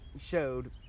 showed